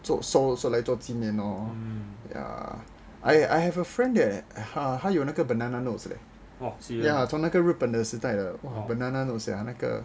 收来做纪念 lor ya I have a friend that ha 他有那个 banana notes eh ya 从日本那个时代的 banana notes eh 那个